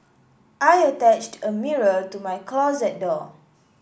I attached a mirror to my closet door